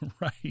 Right